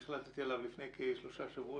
החלטתי עליו לפני כשבועיים,